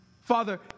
Father